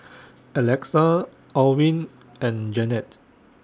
Alexa Allyn and Janette